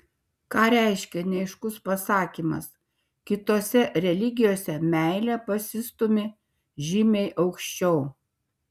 ką reiškia neaiškus pasakymas kitose religijose meilė pasistūmi žymiai aukščiau